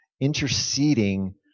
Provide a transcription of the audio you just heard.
interceding